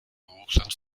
hochland